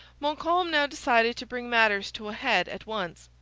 montcalm now decided to bring matters to a head at once.